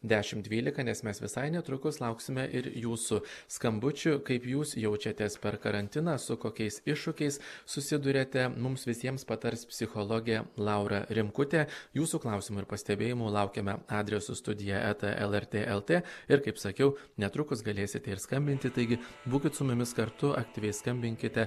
dešimt dvylika nes mes visai netrukus lauksime ir jūsų skambučių kaip jūs jaučiatės per karantiną su kokiais iššūkiais susiduriate mums visiems patars psichologė laura rimkutė jūsų klausimų ir pastebėjimų laukiame adresu studija eta lrt lt ir kaip sakiau netrukus galėsite ir skambinti taigi būkit su mumis kartu aktyviai skambinkite